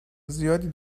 زیادی